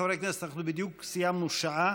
חברי הכנסת, בדיוק סיימנו שעה